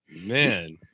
Man